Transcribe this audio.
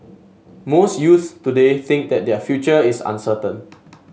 most youths today think that their future is uncertain